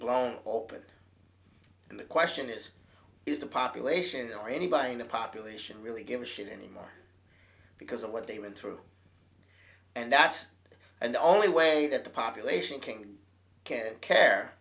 blown open and the question is is the population or anybody in the population really give a shit anymore because of what they went through and that's and the only way that the population king ca